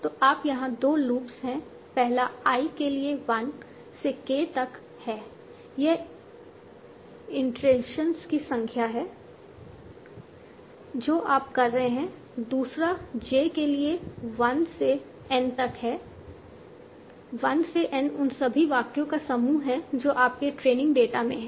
तो यहाँ दो लूप्स हैं पहला i के लिए 1 से K तक है यह इटरेशंस की संख्या है जो आप कर रहे हैं दूसरा j के लिए 1 से N तक है 1 से N उन सभी वाक्यों का समूह है जो आपके ट्रेनिंग डेटा में हैं